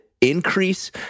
increase